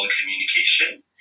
communication